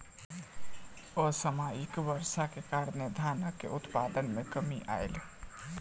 असामयिक वर्षाक कारणें धानक उत्पादन मे कमी आयल